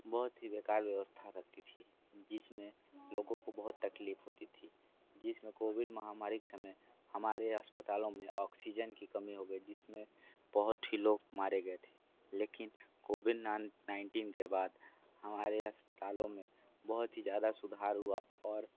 बहुत ही बेकार व्यवस्था रहती थी जिसमें लोगों को बहुत तकलीफ़ होती थी जिसमें कोविड महामारी समय हमारे अस्पतालों में ऑक्सीजन की कमी हो गई जिसमें बहुत ही लोग मारे गए थे लेकिन कोविड नाइन्टीन के बाद हमारे अस्पतालों में बहुत ही ज़्यादा सुधार हुआ और